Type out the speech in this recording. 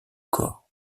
corps